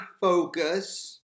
focus